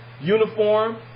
uniform